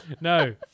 No